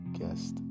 guest